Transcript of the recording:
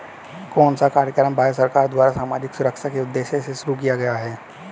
कौन सा कार्यक्रम भारत सरकार द्वारा सामाजिक सुरक्षा के उद्देश्य से शुरू किया गया है?